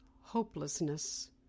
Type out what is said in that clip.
Hopelessness